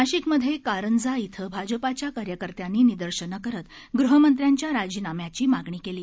नाशिकमधे कारंजा इथं भाजपाच्या कार्यकर्त्यांनी निदर्शनं करत गृहमंत्र्यांच्या राजीनाम्याची मागणी केली